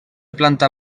planta